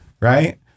right